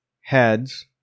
heads